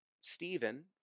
Stephen